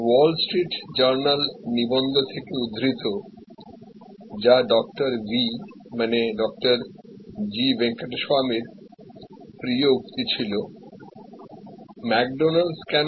ওয়াল Street Journal নিবন্ধ থেকে উদ্ধৃত যা ডাঃ ভি মানে ড জি ভেঙ্কটস্বামীর প্রিয় উক্তি ছিল"ম্যাকডোনাল্ডস কেন